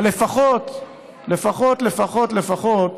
אבל לפחות לפחות לפחות